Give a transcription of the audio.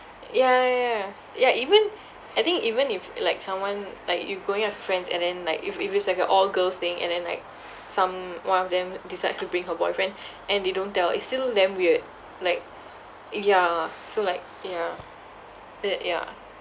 ya ya ya ya even I think even if like someone like you going out with friends and then like if if it's like a all girls thing and then like someone of them decides to bring her boyfriend and they don't tell it's still damn weird like yeah so like yeah that yeah